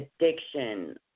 addiction